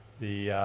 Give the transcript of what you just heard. the